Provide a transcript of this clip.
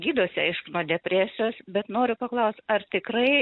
gydosi aišku nuo depresijos bet noriu paklaust ar tikrai